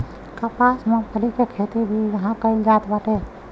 कपास, मूंगफली के खेती भी इहां कईल जात बाटे